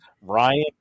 ryan